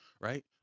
right